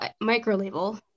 micro-label